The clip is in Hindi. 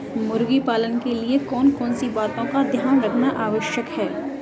मुर्गी पालन के लिए कौन कौन सी बातों का ध्यान रखना आवश्यक है?